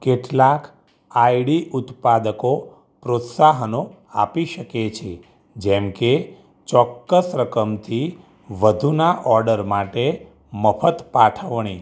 કેટલાક I D ઉત્પાદકો પ્રોત્સાહનો આપી શકે છે જેમ કે ચોક્કસ રકમથી વધુના ઑર્ડર માટે મફત પાઠવણી